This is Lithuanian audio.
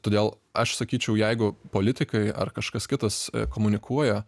todėl aš sakyčiau jeigu politikai ar kažkas kitas komunikuoja